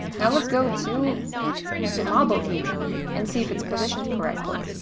now let's go to the model view and see if it's positioned correctly